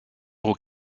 aux